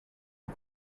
nos